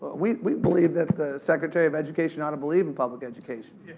we we believe that the secretary of education ought to believe in public education.